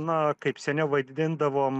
na kaip seniau vaidindavom